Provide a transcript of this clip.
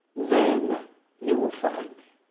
then you will find me.